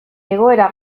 egoera